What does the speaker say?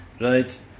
right